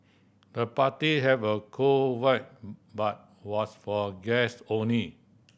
the party have a cool vibe but was for guest only